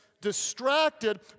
distracted